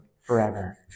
forever